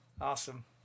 Awesome